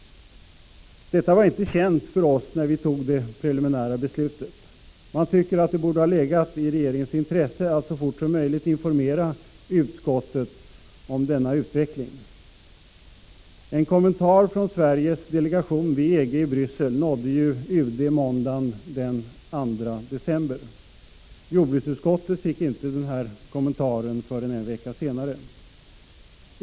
Detta var inte känt av oss när vi tog det preliminära beslutet. Man tycker att det borde ha legat i regeringens intresse att så fort som möjligt informera utskottet om denna utveckling. En kommentar från Sveriges delegation vid EG i Bryssel nådde ju UD måndagen den 2 december. Jordbruksutskottet fick inte kännedom om denna kommentar förrän en vecka senare.